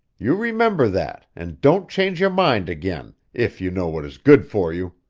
you remember that, and don't change your mind again, if you know what is good for you.